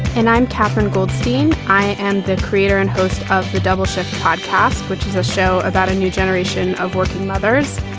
and i'm kathryn goldstein. i am the creator and host of the double-checked podcast, which is a show about a new generation of working mothers.